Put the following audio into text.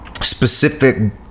specific